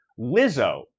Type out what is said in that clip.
Lizzo